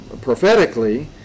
prophetically